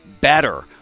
better